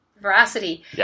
veracity